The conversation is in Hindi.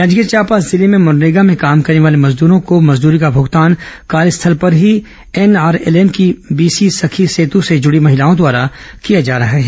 जांजगीर चांपा जिले में मनरेगा में काम करने वाले मजदूरों को मजदूरी का भूगतान कार्यस्थल पर ही एन आरएलएम की बीसी सखी सेतु से जुड़ी महिलाओं द्वारा किया जा रहा है